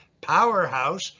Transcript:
powerhouse